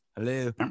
hello